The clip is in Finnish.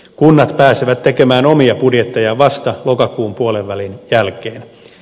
kunnat pääsevät tekemään omia budjettejaan vasta loka kuun puolenvälin jälkeen